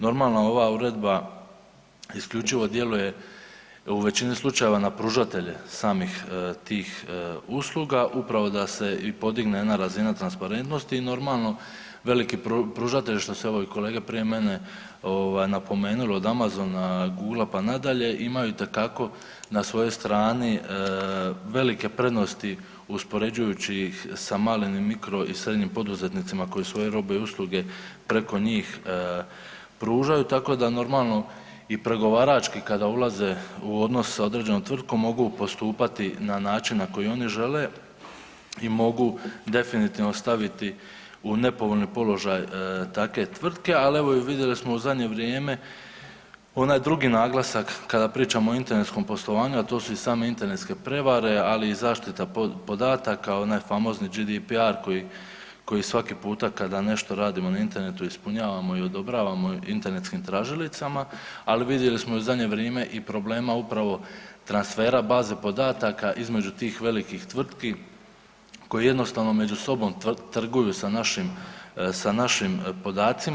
Normalna ova Uredba isključivo djeluje u većini slučajeva na pružatelje samih tih usluga, upravo da se i podigne jedna razina transparentnosti i normalno, veliki pružatelji, što su evo i kolege prije mene napomenuli, od Amazona, Googlea pa nadalje, imaju itekako na svojoj strani velike prednosti uspoređujući ih sa malim i mikro i srednjim poduzetnicima koji su ove robe i usluge preko njih pružaju, tako da normalno i pregovarački kada ulaze u odnos sa određenom tvrtkom, mogu postupati na način na koji oni žele i mogu definitivno staviti u nepovoljni položaj takve tvrtke, ali evo, vidjeli smo u zadnje vrijeme onaj drugi naglasak kada pričamo o internetskom poslovanju, a to su i same internetske prevare, ali i zaštita podataka, onaj famozni GDPR koji svaki puta kada nešto radimo na internetu ispunjavamo i odobravamo internetskim tražilicama, ali vidjeli smo u zadnje vrime i problema upravo transfera baze podataka između tih velikih tvrtki koje jednostavno među sobom trguju sa našim podacima.